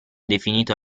definito